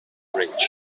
rich